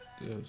Yes